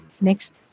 Next